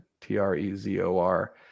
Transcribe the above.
T-R-E-Z-O-R